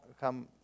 come